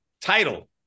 title